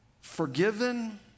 forgiven